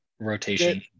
rotation